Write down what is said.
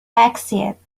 exit